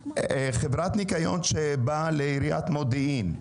וחברת ניקיון באה לעיריית מודיעין.